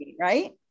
Right